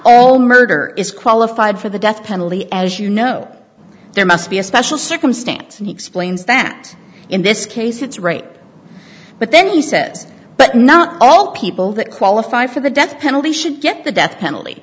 all murder is qualified for the death penalty as you know there must be a special circumstance and he explains that in this case it's right but then he says but not all people that qualify for the death penalty should get the death penalty